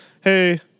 hey